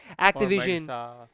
Activision